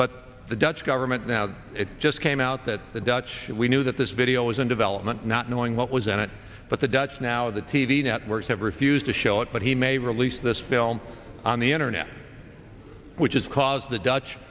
but the dutch government now it just came out that the dutch we knew that this video was in development not knowing what was in it but the dutch now the t v networks have refused to show it but he may release this film on the internet which is cause the dutch